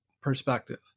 perspective